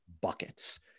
buckets